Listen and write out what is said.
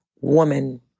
woman